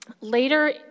later